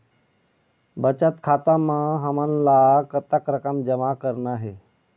बचत खाता म हमन ला कतक रकम जमा करना हे?